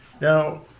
now